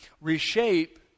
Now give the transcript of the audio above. reshape